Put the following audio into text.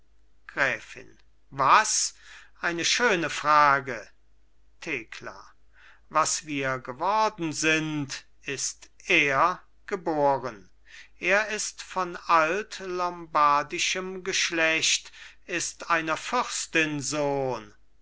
gräfin was eine schöne frage thekla was wir geworden sind ist er geboren er ist von altlombardischem geschlecht ist einer fürstin sohn